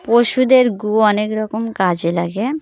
পশুদের গু অনেক রকম কাজে লাগে